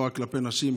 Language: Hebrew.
לא רק כלפי נשים,